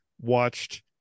watched